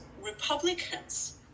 Republicans